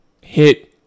hit